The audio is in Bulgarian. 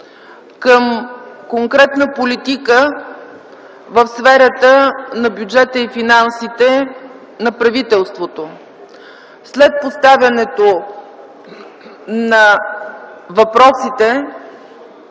към конкретна политика в сферата на бюджета и финансите на правителството. След поставянето на въпросите,